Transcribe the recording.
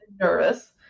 nervous